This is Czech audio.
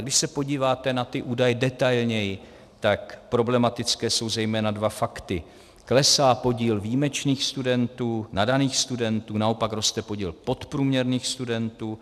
Když se podíváte na ty údaje detailněji, tak problematické jsou zejména dva fakty: klesá podíl výjimečných studentů, nadaných studentů a naopak roste podíl podprůměrných studentů.